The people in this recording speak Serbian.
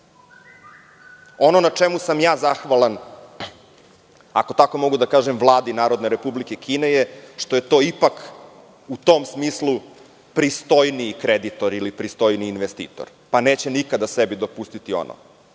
na čemu sam ja zahvalan, ako tako mogu da kažem, Vladi Narodne Republike Kine je što je to ipak u tom smislu pristojniji kreditor, ili pristojniji investitor, pa neće nikada sebi dopustiti ono